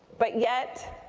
but yet,